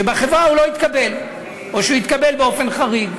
שהוא לא יתקבל בחברה, או שהוא יתקבל באופן חריג,